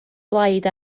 blaid